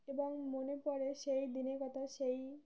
এবং মনে পড়ে সেই দিনের কথা সেই